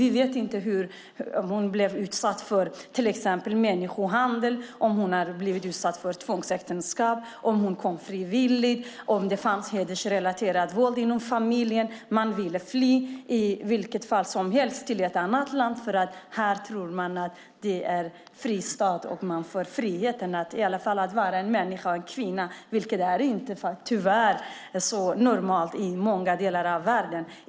Vi vet inte om hon till exempel blivit utsatt för människohandel eller tvångsäktenskap, om hon kommit frivilligt, om det funnits hedersrelaterat våld inom familjen. Hon ville i vilket fall som helst fly till ett annat land eftersom hon trodde att det fanns en fristad här och att hon skulle få friheten att vara människa och kvinna, vilket tyvärr inte är särskilt normalt i många delar av världen.